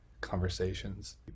conversations